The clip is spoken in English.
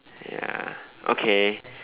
ya okay